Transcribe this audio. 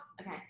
okay